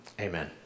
amen